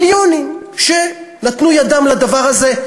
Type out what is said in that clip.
מיליונים שנתנו ידם לדבר הזה,